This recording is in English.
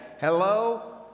Hello